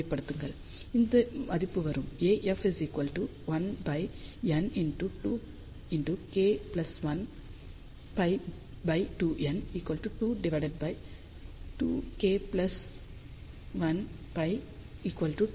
எளிமைப்படுத்துங்கள் இந்த மதிப்பு வரும் AF 1n 2 k1π2n